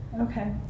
Okay